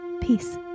Peace